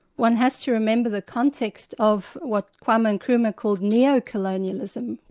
one has to remember the context of what kwame nkrumah calls neo-colonialism,